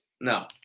No